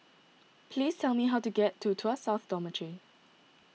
please tell me how to get to Tuas South Dormitory